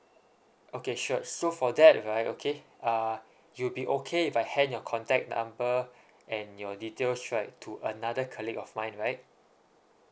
okay sure so for that right okay uh you'll be okay if I hand your contact number and your details right to another colleague of mine right